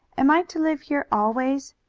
am i to live here always?